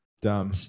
Dumb